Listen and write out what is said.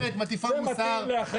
מבינים למה צריך בחירות.